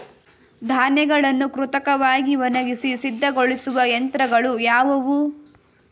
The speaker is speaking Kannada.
ಧಾನ್ಯಗಳನ್ನು ಕೃತಕವಾಗಿ ಒಣಗಿಸಿ ಸಿದ್ದಗೊಳಿಸುವ ಯಂತ್ರಗಳು ಯಾವುವು?